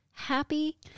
happy